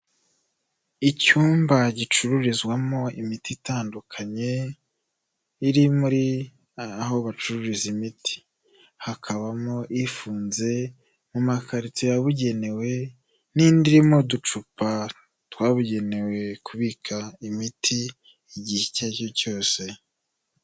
Icyumba gicururizwamo imiti itandukanye, iri muri, aho bacururiza imiti. Hakabamo ifunze mu magakarito yabugenewe n'indi irimo uducupa twabugenewe kubika imiti, igihe icyo ari cyo cyose.